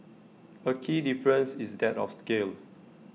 A key difference is that of scale